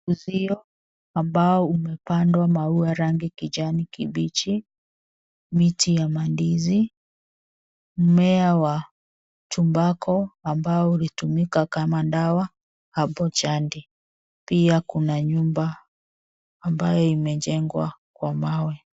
Uzio ambao umepandwa maua rangi kijani kibichi, miti ya mandizi, mmea wa tumbako, ambao hutumika kama dawa, hapo jadi. Pia kuna nyumba ambayo imejengwa kwa mawe.